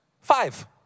Five